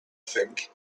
think